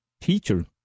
teacher